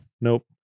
nope